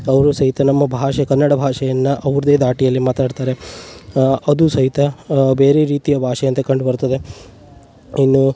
ಅವರೂ ಸಹಿತ ನಮ್ಮ ಭಾಷೆ ಕನ್ನಡ ಭಾಷೆಯನ್ನು ಅವ್ರದ್ದೇ ಧಾಟಿಯಲ್ಲಿ ಮಾತಾಡ್ತಾರೆ ಅದೂ ಸಹಿತ ಬೇರೆ ರೀತಿಯ ಭಾಷೆಯಂತೆ ಕಂಡುಬರ್ತದೆ ಇನ್ನು